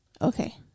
Okay